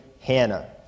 Hannah